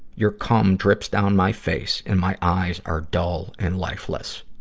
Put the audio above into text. your cum drips down my face and my eyes are dull and lifeless.